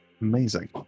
Amazing